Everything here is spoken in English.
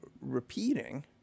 repeating